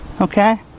okay